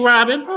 Robin